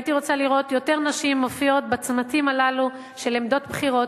והייתי רוצה לראות יותר נשים מופיעות בצמתים הללו של עמדות בכירות,